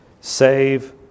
save